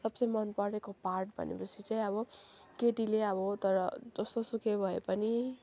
सबसे मन परेको पार्ट भनेपछि चाहिँ अब केटीले अब तर जस्तोसुकै भए पनि